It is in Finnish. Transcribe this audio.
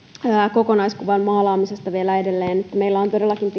kokonaiskuvan maalaamisesta vielä edelleen että meillä on todellakin